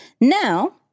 Now